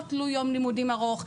לא תלוי יום לימודים ארוך.